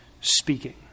speaking